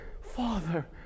Father